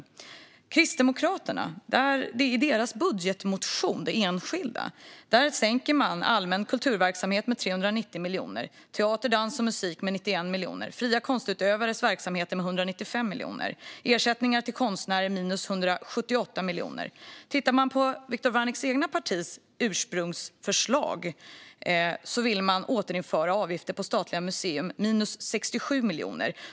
I Kristdemokraternas enskilda budgetmotion sänker de anslagen till allmän kulturverksamhet med 390 miljoner, teater, dans och musik med 91 miljoner, fria konstutövares verksamheter med 195 miljoner och ersättningar till konstnärer med 178 miljoner. I Viktor Wärnicks eget partis ursprungsförslag vill de återinföra avgifter på statliga museer, minus 67 miljoner.